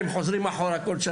לאחר ארבעה חודשי